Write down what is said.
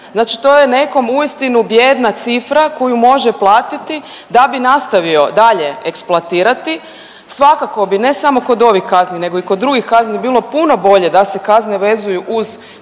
Znači to je nekom uistinu bijedna cifra koju može platiti da bi nastavio dalje eksploatirati. Svakako bi ne samo kod ovih kazni nego i kod drugih kazni bilo puno bolje da se kazne vezuju uz